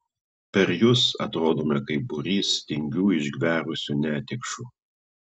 per jus atrodome kaip būrys tingių išgverusių netikšų